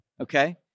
Okay